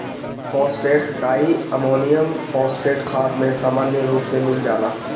phosphate diammonium phosphate खाद में सामान्य रूप से मिल जाला